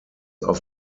auf